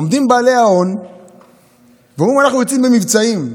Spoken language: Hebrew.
עומדים בעלי ההון ואומרים: אנחנו יוצאים במבצעים.